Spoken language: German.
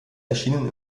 erschienen